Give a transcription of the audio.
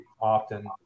often